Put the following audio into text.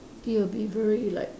it will be very like